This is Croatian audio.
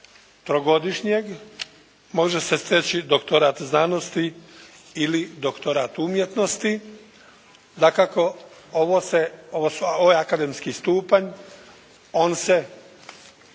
trogodišnjeg, može se steći doktorat znanosti ili doktorat umjetnosti. Dakako ovo se, ovo je akademski stupanj. On se